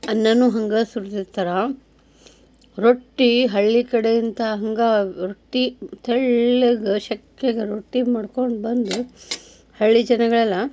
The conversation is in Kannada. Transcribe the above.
ಅನ್ನವೂ ಹಂಗೆ ಸುರ್ದಿರ್ತಾರೆ ರೊಟ್ಟಿ ಹಳ್ಳಿ ಕಡೆಯಂತ ಹಂಗೆ ರೊಟ್ಟಿ ತೆಳ್ಳಗೆ ಶಕ್ಳಗೆ ರೊಟ್ಟಿ ಮಾಡ್ಕೊಂಡು ಬಂದು ಹಳ್ಳಿ ಜನಗಳೆಲ್ಲ